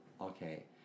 Okay